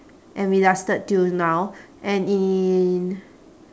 and we lasted till now and in